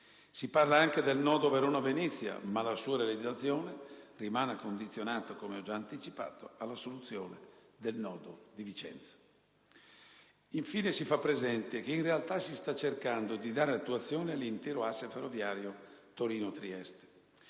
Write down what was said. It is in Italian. Si parla anche della Verona-Venezia, ma la sua realizzazione rimane condizionata alla soluzione del nodo di Vicenza. Infine, si fa presente che: «in realtà si sta cercando di dare attuazione all'intero asse ferroviario Torino-Trieste».